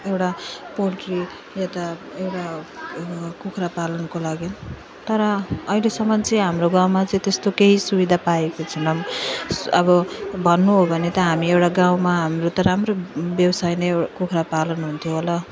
एउटा पोल्ट्री वा त एउटा कुखुरा पालनको लागि तर अहिलेसम्म चाहिँ हाम्रो गाउँमा चाहिँ त्यस्तो केही सुविधा पाएको छैनौँ अब भन्नु हो भने त हामी एउटा गाउँमा हाम्रो त राम्रो व्यवसाय नै कुखुरा पालन हुन्थ्यो होला